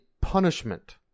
punishment